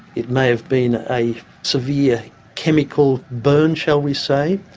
it may have been a severe chemical burn, shall we say,